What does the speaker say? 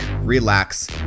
relax